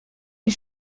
les